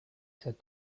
said